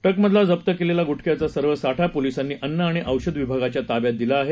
ट्रकमधला जप्त केलेला गुटख्याचा सर्व साठा पोलीसांनी उन्न आणि औषध विभागाच्या ताब्यात दिला आहे